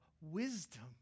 wisdom